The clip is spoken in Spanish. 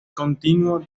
continuo